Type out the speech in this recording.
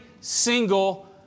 single